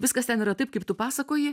viskas ten yra taip kaip tu pasakoji